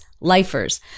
lifers